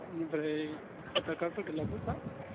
एनिफ्राय भटार कार्डफोरखौ लाबोफा